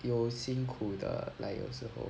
有辛苦的 like 有时候